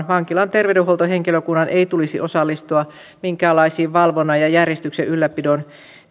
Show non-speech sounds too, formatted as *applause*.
*unintelligible* vankilan terveydenhuoltohenkilökunnan ei tulisi osallistua minkäänlaisiin valvonnan ja järjestyksen ylläpidon